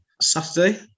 Saturday